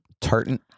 tartan